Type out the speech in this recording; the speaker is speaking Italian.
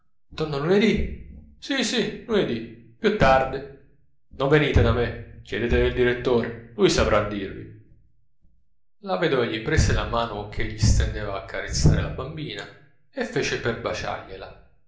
torno lunedì sì sì lunedì più tardi non venite da me chiedete del direttore lui saprà dirvi la vedova gli prese la mano ch'egli stendeva a carezzar la bambina e fece per